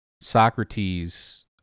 Socrates